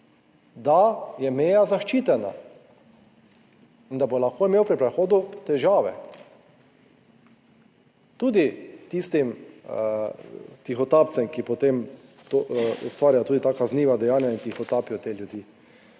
da je meja zaščitena, in da bo lahko imel pri prehodu težave, tudi tistim tihotapcem, ki potem ustvarjajo tudi ta kazniva dejanja in tihotapijo te ljudi.